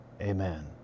Amen